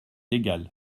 égal